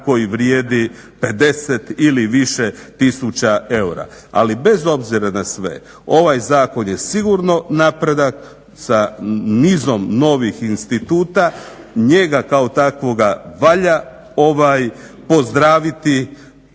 koji vrijedi 50 ili više tisuća eura. Ali bez obzira na sve ovaj zakon je sigurno napredak sa nizom novih instituta, njega kao takvoga valja pozdraviti